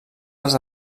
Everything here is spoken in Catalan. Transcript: els